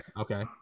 okay